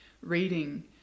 reading